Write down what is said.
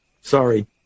Sorry